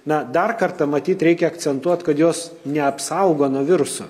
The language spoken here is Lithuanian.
na dar kartą matyt reikia akcentuot kad jos neapsaugo nuo virusų